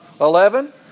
eleven